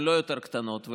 הן לא יותר קטנות.